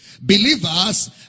Believers